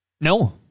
No